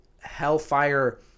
hellfire